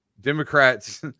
Democrats